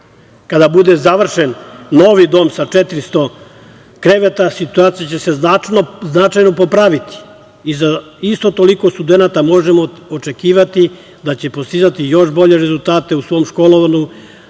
bude završen novi dom, sa 400 kreveta, situacija će se značajno popraviti i za isto toliko studenata možemo očekivati da će postizati još bolje rezultate u svom školovanju,